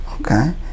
Okay